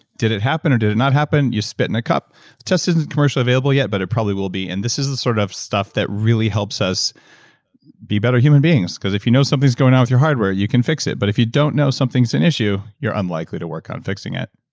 did it happen, or did it not happen? you spit in a cup the test isn't commercially available yet, but it probably will be. and this is the sort of stuff that really helps us be better human beings, cause if you know something's going on with your hardware you can fix it, but if you don't know something's an issue, you're unlikely to work on fixing it.